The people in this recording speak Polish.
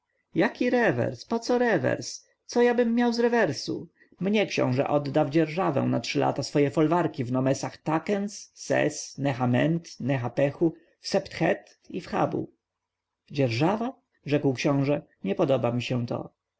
jaki rewers poco rewers co jabym miał z rewersu mnie książę odda w dzierżawę na trzy lata swoje folwarki w nomesach takens ses neha-ment neha-pechu w sebt-het w habu dzierżawa rzekł książę nie podoba mi się to